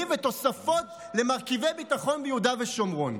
ותוספות למרכיבי ביטחון ביהודה ושומרון.